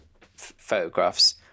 photographs